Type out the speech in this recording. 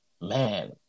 man